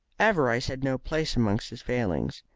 avarice had no place among his failings,